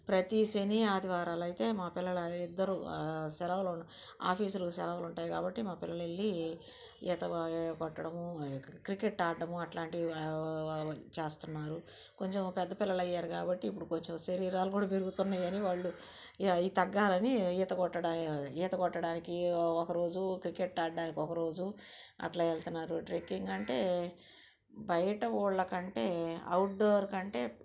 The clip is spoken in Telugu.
ప్రతి శని ఆదివారాలు అయితే మా పిల్లలు ఇద్దరు సెలవుల్లో ఆఫీసులకి సెలవులు ఉంటాయి కాబట్టి మా పిల్లలు వెళ్ళి ఈత కొ కొట్టడము ఇంకా క్రికెట్ ఆడటము అట్లాంటివి చేస్తున్నారు కొంచెం పెద్ద పిల్లలు అయ్యారు కాబట్టి ఇప్పుడు కొంచెం శరీరాలు కూడా పెరుగుతున్నాయని వాళ్ళు అవి తగ్గాలని ఈత కొట్టడా ఈత కొట్టడానికి ఒకరోజు క్రికెట్ ఆడడానికి ఒకరోజు అట్లా వెళుతున్నారు ట్రిక్కింగ్ అంటే బయట ఊర్ల కంటే అవుట్ డోర్ కంటే